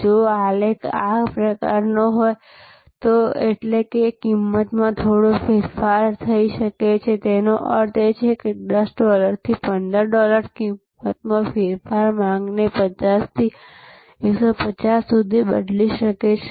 જો આલેખ આ આકારનો હોયએટલે કે કિંમતમાં થોડો ફેરફાર કરી શકે છે તેનો અર્થ એ છે કે 10 ડોલરથી 15 ડોલર કિંમતમાં ફેરફાર માંગને 50 થી 150 સુધી બદલી શકે છે